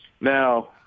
now